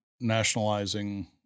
nationalizing